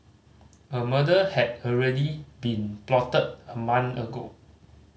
a murder had already been plotted a month ago